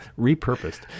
repurposed